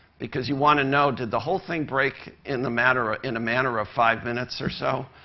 because you want to know, did the whole thing break in the matter ah in a manner of five minutes or so?